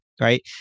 right